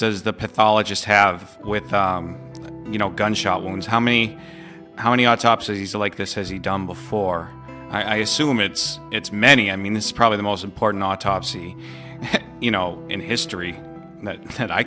does the pathologist have with you know gunshot wounds how many how many autopsies like this has he done before i assume it's it's many i mean this is probably the most important autopsy you know in history that i